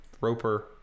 Roper